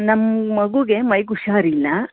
ನಮ್ಮ ಮಗುಗೆ ಮೈ ಗೆ ಹುಷಾರಿಲ್ಲ